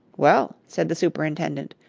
well, said the superintendent,